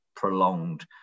prolonged